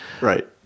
Right